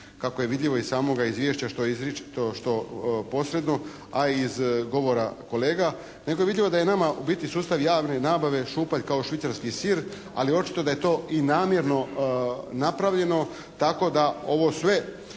kako je vidljivo i iz samoga Izvješća što je izričito, što posredno, a i iz govora kolega, nego je nama vidljivo da je nama u biti sustav javne nabave šupalj kao švicarski sir. ali očito da je to i namjerno napravljeno tako da ovo sve